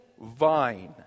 vine